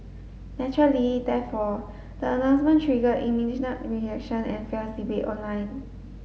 naturally therefore the announcement triggered immediate reaction and fierce debate online